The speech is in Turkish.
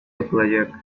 yapılacak